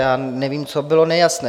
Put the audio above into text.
Já nevím, co bylo nejasné.